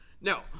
No